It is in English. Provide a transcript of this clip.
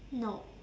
no